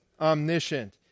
omniscient